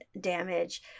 damage